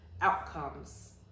outcomes